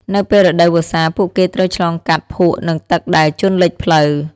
នៅពេលរដូវវស្សាពួកគេត្រូវឆ្លងកាត់ភក់និងទឹកដែលជន់លិចផ្លូវ។